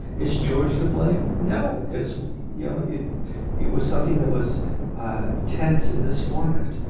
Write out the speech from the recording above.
is george to blame? no because you know it it was something that was tense in this format.